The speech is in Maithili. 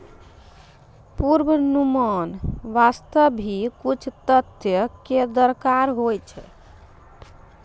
पुर्वानुमान वास्ते भी कुछ तथ्य कॅ दरकार होय छै